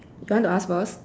do you want to ask first